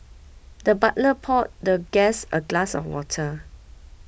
the butler poured the guest a glass of water